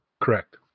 Correct